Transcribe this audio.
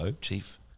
chief